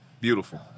Beautiful